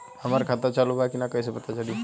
हमार खाता चालू बा कि ना कैसे पता चली?